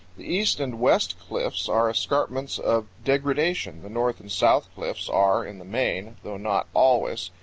the east-and-west cliffs are escarpments of degradation, the north-and-south cliffs are, in the main, though not always,